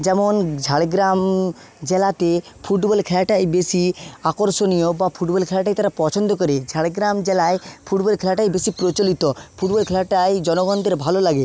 যেমন ঝাড়গ্রাম জেলাতে ফুটবল খেলাটাই বেশি আকর্ষণীয় বা ফুটবল খেলাটাই তারা পছন্দ করে ঝাড়গ্রাম জেলায় ফুটবল খেলাটাই বেশি প্রচলিত ফুটবল খেলাটাই জনগণদের ভালো লাগে